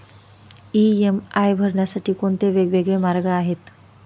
EMI भरण्यासाठी कोणते वेगवेगळे मार्ग आहेत?